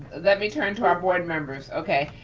let me turn to our board members, okay.